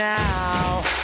now